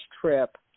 trip